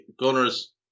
Gunners